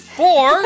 four